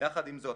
יחד עם זאת,